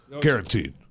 Guaranteed